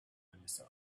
melissa